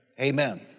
amen